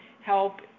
help